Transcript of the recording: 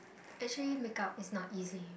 actually makeup is not easy